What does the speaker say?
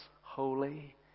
holy